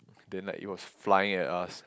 then like it was flying at us